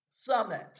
summit